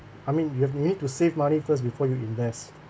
I mean you have need to save money first before you invest